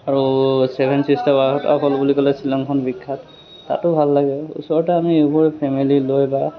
আৰু seven sisters waterfall বুলি ক'লে শ্বিলংখন বিখ্যাত তাতো ভাল লাগে ওচৰতে আমি এইবোৰ ফেমিলি লৈ বা